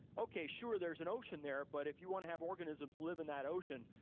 okay sure, there's an ocean there, but if you wanna have organisms live in that ocean,